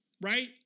right